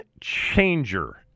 changer